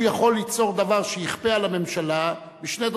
הוא יכול ליצור דבר שיכפה על הממשלה בשתי דרכים: